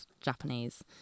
Japanese